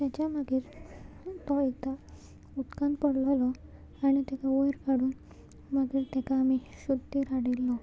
तेच्या मागीर तो एकदां उदकान पडलेलो आनी तेका वयर काडून मागीर तेका आमी शुद्धीर हाडिल्लो